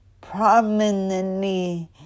prominently